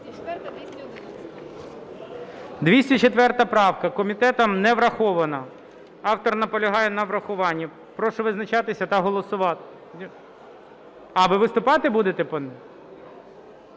204 правка. Комітетом не врахована. Автор наполягає на врахуванні. Прошу визначатися та голосувати. Ви виступати будете?